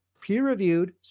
peer-reviewed